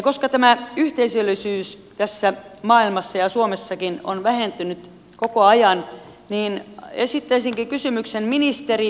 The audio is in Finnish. koska tämä yhteisöllisyys tässä maailmassa ja suomessakin on vähentynyt koko ajan niin esittäisinkin kysymyksen ministeri kiurulle